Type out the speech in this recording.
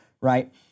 right